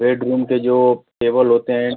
bedroom के जो table होते हैं